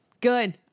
Good